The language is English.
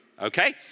okay